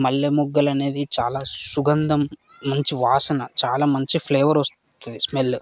మల్లెమొగ్గలనేది చాలా సుగంధం మంచి వాసన చాలా మంచి ఫ్లేవర్ వస్తుంది స్మెల్